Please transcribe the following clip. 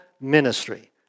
ministry